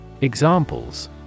Examples